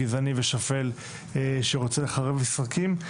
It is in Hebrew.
גזעני ושפל שרוצה לחרב משחקים.